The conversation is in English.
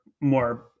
more